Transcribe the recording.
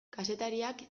kazetariak